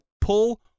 pull